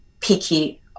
picky